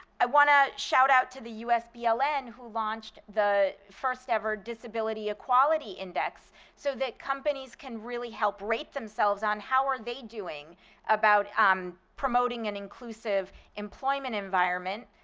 i want to shout out to the usbln who launched the first ever disability equality index so that companies can really help rate themselves on how are they doing about um promoting an inclusive employment environment.